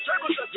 tables